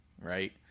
right